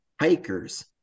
hikers